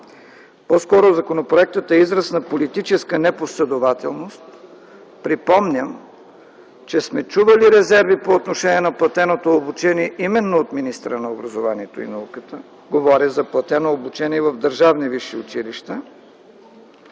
По-скоро законопроектът е израз на политическа непоследователност. Припомням, че сме чували резерви по отношение на платеното обучение именно от министъра на образованието и науката. Говоря за платено обучение в държавни висши училища.